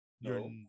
No